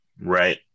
Right